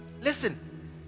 listen